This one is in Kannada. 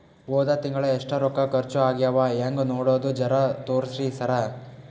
ಹೊದ ತಿಂಗಳ ಎಷ್ಟ ರೊಕ್ಕ ಖರ್ಚಾ ಆಗ್ಯಾವ ಹೆಂಗ ನೋಡದು ಜರಾ ತೋರ್ಸಿ ಸರಾ?